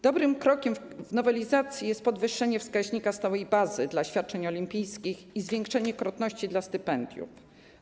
Dobrym krokiem w nowelizacji jest podwyższenie wskaźnika stałej bazy dla świadczeń olimpijskich i zwiększenie krotności dla stypendiów.